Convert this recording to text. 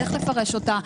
על איך לפרש אותה.